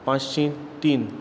पांचशीं तीन